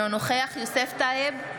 אינו נוכח יוסף טייב,